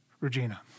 Regina